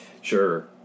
Sure